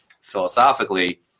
philosophically